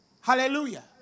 Hallelujah